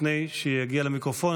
לפני שיגיע למיקרופון,